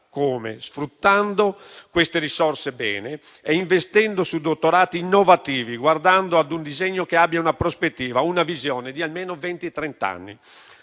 Come? Sfruttando bene le risorse e investendo sui dottorati innovativi, guardando ad un disegno che abbia una prospettiva e una visione di almeno venti